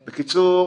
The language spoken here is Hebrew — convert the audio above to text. בקיצור,